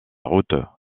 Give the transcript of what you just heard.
route